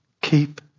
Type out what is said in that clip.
Keep